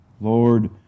Lord